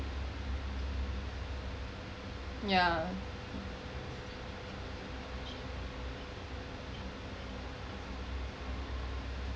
yeah